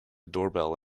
doorbell